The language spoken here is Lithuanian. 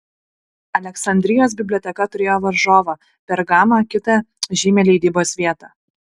aleksandrijos biblioteka turėjo varžovą pergamą kitą žymią leidybos vietą